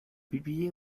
publié